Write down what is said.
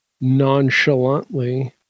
nonchalantly